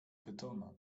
pytona